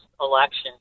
election